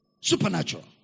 Supernatural